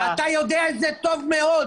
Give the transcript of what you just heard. נכון מאוד, אתה יודע את זה טוב מאוד.